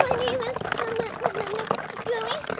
name is m-m-m-m-meg-gumi.